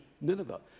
Nineveh